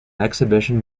exhibition